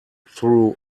through